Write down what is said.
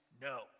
no